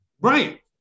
Right